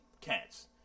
cats